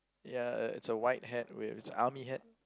ya is is a white hat wait is army hat